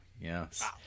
Yes